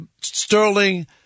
Sterling